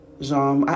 Genre